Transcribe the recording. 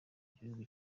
gihugu